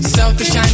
Selfish